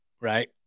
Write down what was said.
Right